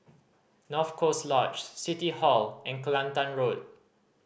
North Coast Lodge City Hall and Kelantan Road